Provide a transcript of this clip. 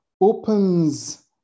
opens